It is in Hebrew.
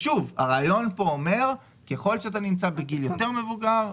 הרעיון פה אומר שככל שאתה נמצא בגיל יותר מבוגר,